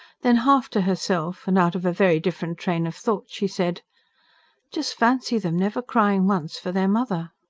then, half to herself, and out of a very different train of thought she said just fancy them never crying once for their mother.